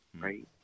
right